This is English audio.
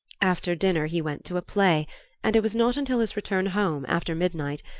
after dinner he went to a play and it was not until his return home, after midnight,